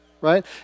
Right